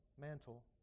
mantle